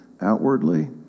outwardly